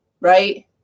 right